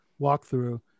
walkthrough